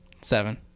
Seven